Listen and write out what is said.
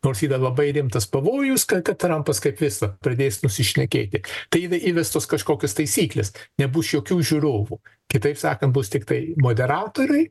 nors yra labai rimtas pavojus ka kad trampas kaip visa pradės nusišnekėti tai įve įvestos kažkokios taisyklės nebus jokių žiūrovų kitaip sakan bus tiktai moderatoriui